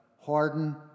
Harden